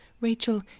Rachel